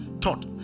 taught